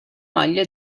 maglia